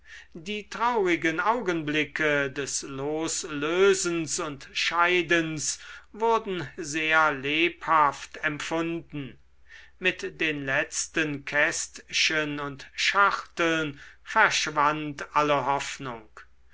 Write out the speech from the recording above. die traurigen augenblicke des loslösens und scheidens wurden sehr lebhaft empfunden mit den letzten kästchen und schachteln verschwand alle hoffnung